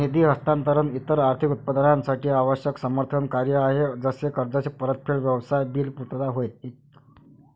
निधी हस्तांतरण इतर आर्थिक उत्पादनांसाठी आवश्यक समर्थन कार्य आहे जसे कर्जाची परतफेड, व्यवसाय बिल पुर्तता होय ई